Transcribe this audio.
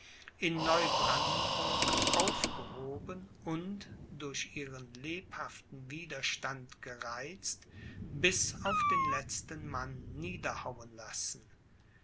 in neubrandenburg aufgehoben und durch ihren lebhaften widerstand gereizt bis auf den letzten mann niederhauen lassen